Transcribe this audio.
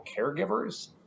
caregivers